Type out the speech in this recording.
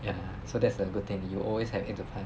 ya so that's a good thing you always have eight to five